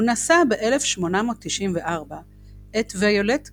הוא נשא ב-1894 את ויולט גצה,